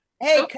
Hey